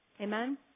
Amen